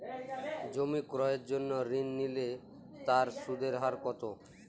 জমি ক্রয়ের জন্য ঋণ নিলে তার সুদের হার কতো?